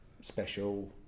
special